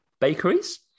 Bakeries